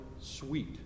sweet